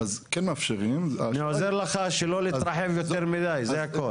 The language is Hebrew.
אז כן מאפשרים אני עוזר לך שלא להתרחב יותר מידי זה הכול.